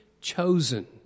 chosen